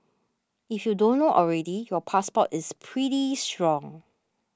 if you don't know already your passport is pretty strong